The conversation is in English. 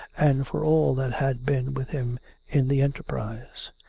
and for all that had been with him in the enterprise.